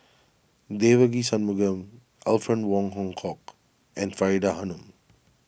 Devagi Sanmugam Alfred Wong Hong Kwok and Faridah Hanum